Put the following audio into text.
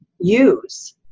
use